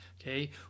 Okay